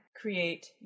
create